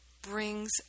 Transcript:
Brings